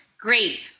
great